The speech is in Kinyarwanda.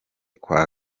kwa